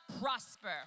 prosper